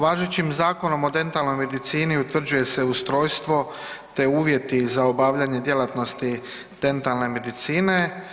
Važećim Zakonom o dentalnoj medicini utvrđuje se ustrojstvo te uvjeti za obavljanje djelatnosti dentalne medicine.